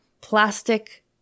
plastic